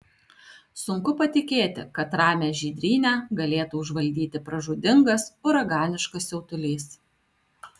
sunku patikėti kad ramią žydrynę galėtų užvaldyti pražūtingas uraganiškas siautulys